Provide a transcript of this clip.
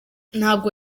ntabwo